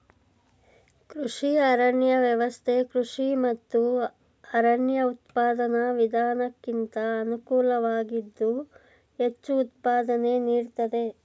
ಕೃಷಿ ಅರಣ್ಯ ವ್ಯವಸ್ಥೆ ಕೃಷಿ ಮತ್ತು ಅರಣ್ಯ ಉತ್ಪಾದನಾ ವಿಧಾನಕ್ಕಿಂತ ಅನುಕೂಲವಾಗಿದ್ದು ಹೆಚ್ಚು ಉತ್ಪಾದನೆ ನೀಡ್ತದೆ